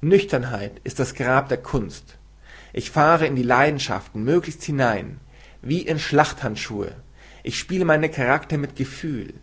nüchternheit ist das grab der kunst ich fahre in die leidenschaften möglichst hinein wie in schlachthandschuhe ich spiele meine karaktere mit gefühl